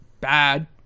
bad